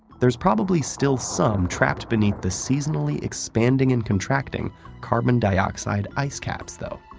there's probably still some trapped beneath the seasonally expanding and contracting carbon dioxide ice caps, though.